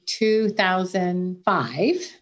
2005